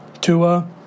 Tua